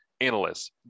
analysts